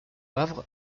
havre